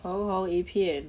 红红一片